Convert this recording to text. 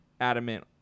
adamant